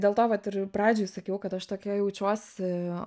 dėl to vat ir pradžioj sakiau kad aš tokia jaučiuosi